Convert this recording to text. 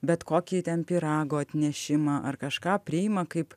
bet kokį ten pyrago atnešimą ar kažką priima kaip